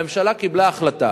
הממשלה קיבלה החלטה